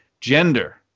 gender